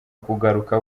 kugaruka